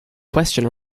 question